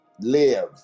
Live